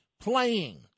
playing